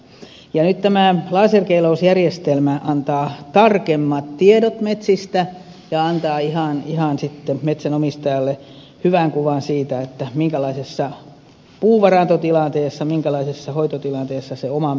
nyt tämä laserkeilausjärjestelmä antaa tarkemmat tiedot metsistä ja antaa metsänomistajalle hyvän kuvan siitä minkälaisessa puuvarantotilanteessa minkälaisessa hoitotilanteessa se oma metsä siellä on